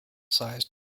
sized